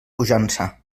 puixança